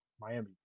Miami